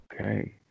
Okay